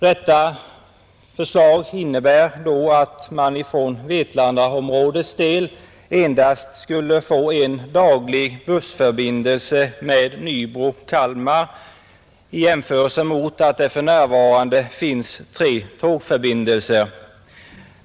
Detta förslag innebär att människorna i Vetlandaområdet endast skulle få en daglig bussförbindelse med Nybro—Kalmar i jämförelse med att det för närvarande finns tre tågförbindelser.